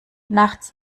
nachts